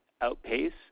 outpace